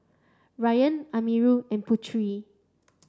Ryan Amirul and Putri